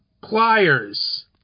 pliers